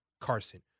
Carson